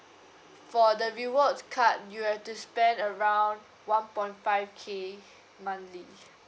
for the rewards card you have to spend around one point five K monthly